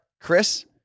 Chris